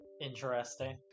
interesting